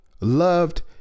Loved